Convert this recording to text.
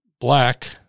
black